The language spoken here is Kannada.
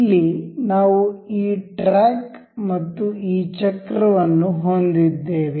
ಇಲ್ಲಿ ನಾವು ಈ ಟ್ರ್ಯಾಕ್ ಮತ್ತು ಈ ಚಕ್ರವನ್ನು ಹೊಂದಿದ್ದೇವೆ